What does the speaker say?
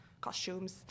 costumes